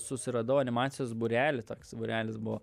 susiradau animacijos būrelį toks būrelis buvo